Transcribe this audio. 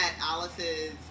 Alice's